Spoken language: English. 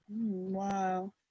Wow